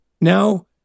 Now